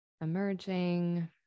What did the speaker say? emerging